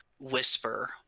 whisper